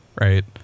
right